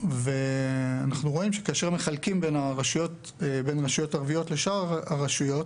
אנחנו רואים שכאשר מחלקים בין רשויות ערביות לשאר הרשויות